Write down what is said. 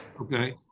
Okay